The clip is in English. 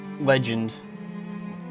legend